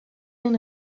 den